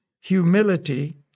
humility